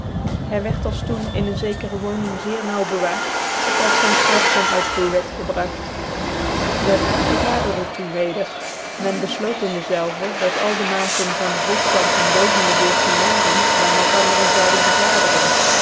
hy wierd als doen in een zekere woning zeer naauw bewaard tot dat zyn ftraftcr uitvoer wierd gebragt de raad vergaderde doen weder men bcfloot in dezelve dat al de maagden van dc volkplanting boven de veertien jaren by malkandercn zouden vergaderen